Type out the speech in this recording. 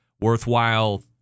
worthwhile